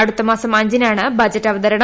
അടുത്തമാസം അഞ്ചിനാണ് ബജറ്റ് അവതരണം